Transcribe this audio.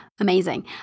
Amazing